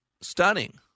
Stunning